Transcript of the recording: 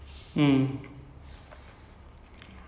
it's like um managed by chinese lady